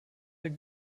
der